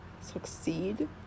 succeed